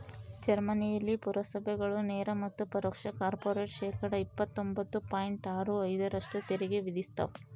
ಜರ್ಮನಿಯಲ್ಲಿ ಪುರಸಭೆಗಳು ನೇರ ಮತ್ತು ಪರೋಕ್ಷ ಕಾರ್ಪೊರೇಟ್ ಶೇಕಡಾ ಇಪ್ಪತ್ತೊಂಬತ್ತು ಪಾಯಿಂಟ್ ಆರು ಐದರಷ್ಟು ತೆರಿಗೆ ವಿಧಿಸ್ತವ